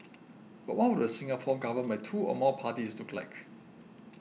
but what would a Singapore governed by two or more parties look like